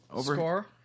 score